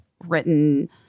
written